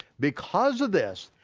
because of this,